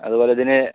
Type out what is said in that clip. അതുപോലെ തന്നെ